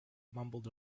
mumbled